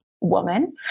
woman